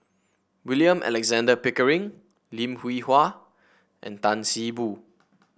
William Alexander Pickering Lim Hwee Hua and Tan See Boo